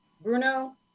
Bruno